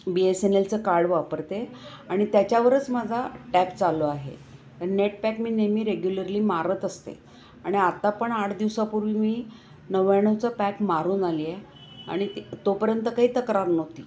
बी S N L चं card वापरते आणि त्याच्यावरच माझा टॅप चालू आहे नेटपॅक मी नेहमी रेग्युलरली मारत असते आणि आत्ता पण आठ दिवसापूर्वी मी नव्व्याण्णचा पॅक मारून आलीय आणि ती तोपर्यंत काही तक्रार नव्हती